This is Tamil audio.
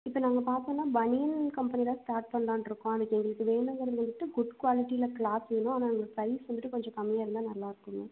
இப்போ நாங்கள் பார்த்தோம்னா பனியன் கம்பெனி தான் ஸ்டார்ட் பண்ணலான்ட்டு இருக்கோம் அதுக்கு எங்களுக்கு வேணுங்கிறதை மட்டும் குட் குவாலிட்டியில் க்ளாத் வேணும் ஆனால் எங்களுக்கு ப்ரைஸ் வந்துட்டு கொஞ்சம் கம்மியாக இருந்தால் நல்லாயிருக்கும் மேம்